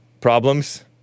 problems